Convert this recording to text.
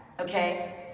okay